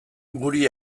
guri